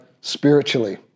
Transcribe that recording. spiritually